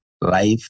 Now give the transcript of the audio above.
life